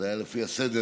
זה היה לפי הסדר,